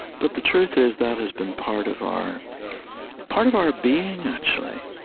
but the truth is that has been part of our part of our being, actually.